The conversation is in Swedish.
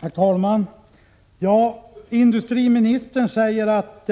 Herr talman! Industriministern säger att